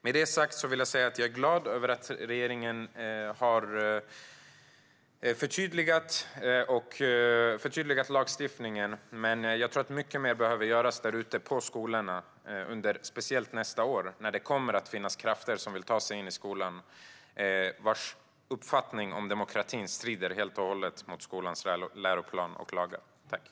Med det sagt vill jag säga att jag är glad att regeringen har förtydligat lagstiftningen men att jag tror att mycket mer behöver göras ute på skolorna speciellt under nästa år, när det kommer att finnas krafter som vill ta sig in i skolan och vars uppfattning om demokratin strider helt och hållet mot skolans läroplan och våra lagar.